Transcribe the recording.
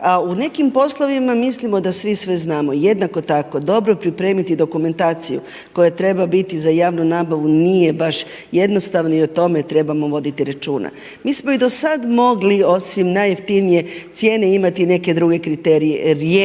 A u nekim poslovima mislimo da svi sve znamo. Jednako tako dobro pripremiti dokumentaciju koja treba biti za javnu nabavu, nije baš jednostavno i o tome trebamo voditi računa. Mi smo i do sada mogli osim najjeftinije cijene imati i neke druge kriterije. Rijetko